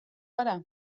gara